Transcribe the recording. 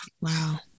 wow